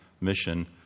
mission